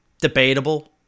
debatable